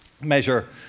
measure